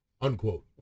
Unquote